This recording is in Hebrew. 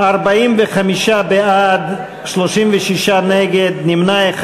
45 בעד, 36 נגד, אחד נמנע.